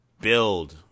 build